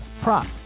prop